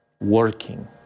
working